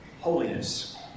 Holiness